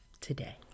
today